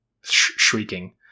shrieking